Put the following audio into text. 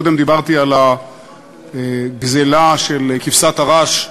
קודם דיברתי על הגזלה של כבשת הרש,